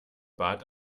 bat